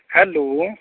hello